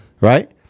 Right